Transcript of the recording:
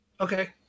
Okay